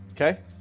Okay